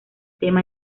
tema